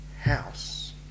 house